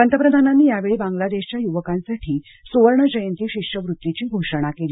पंतप्रधानांनी यावेळी बांगलादेशच्या युवकांसाठी सुवर्ण जयंती शिष्यवृत्तीची घोषणा केली